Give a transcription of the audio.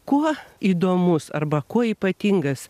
kuo įdomus arba kuo ypatingas